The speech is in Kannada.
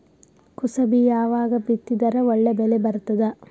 ಕುಸಬಿ ಯಾವಾಗ ಬಿತ್ತಿದರ ಒಳ್ಳೆ ಬೆಲೆ ಬರತದ?